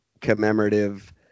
commemorative